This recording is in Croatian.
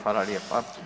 Hvala lijepa.